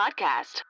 podcast